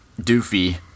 Doofy